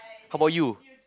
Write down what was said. how about you